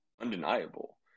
undeniable